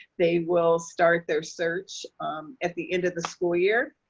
they will start their search at the end of the school year.